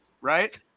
right